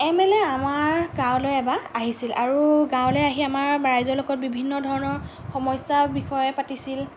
M L A আমাৰ গাঁৱলে এবাৰ আহিছিল আৰু গাঁৱলে আহি আমাৰ ৰাইজৰ লগত বিভিন্ন ধৰণৰ সমস্যাৰ বিষয়ে পাতিছিল